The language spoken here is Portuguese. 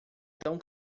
tão